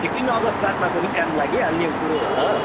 fifteen अगस्त बादमा पनि काम लागिहाल्ने कुरो हो त